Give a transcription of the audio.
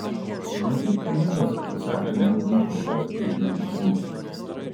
ne tik knygos pasakė man bytautas turi likimus